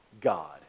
God